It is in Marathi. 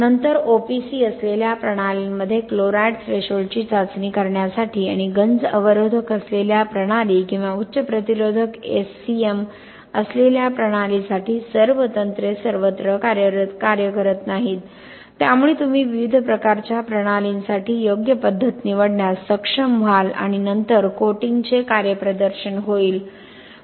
नंतर ओपीसी असलेल्या प्रणालींमध्ये क्लोराईड थ्रेशोल्डची चाचणी करण्यासाठी आणि गंज अवरोधक असलेल्या प्रणाली किंवा उच्च प्रतिरोधक एससीएम असलेल्या प्रणालीसाठी सर्व तंत्रे सर्वत्र कार्य करत नाहीत त्यामुळे तुम्ही विविध प्रकारच्या प्रणालींसाठी योग्य पद्धत निवडण्यास सक्षम व्हाल आणि नंतर कोटिंगचे कार्यप्रदर्शन होईल